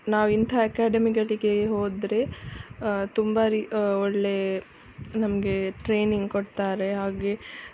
ನಾವಿಂಥ ಎಕ್ಯಾಡೆಮಿಗಳಿಗೆ ಹೋದರೆ ತುಂಬ ರಿ ಒಳ್ಳೆ ನಮಗೆ ಟ್ರೈನಿಂಗ್ ಕೊಡ್ತಾರೆ ಹಾಗೆ